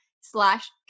slash